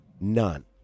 None